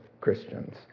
Christians